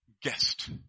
guest